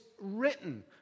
written